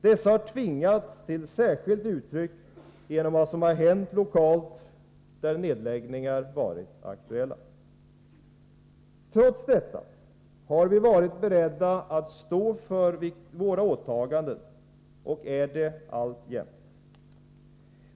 De har tvingats komma till särskilt uttryck genom vad som har hänt lokalt där nedläggningar varit aktuella. Trots detta har vi varit beredda att stå för våra åtaganden och är det alltjämt.